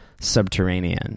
subterranean